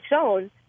shown